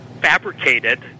fabricated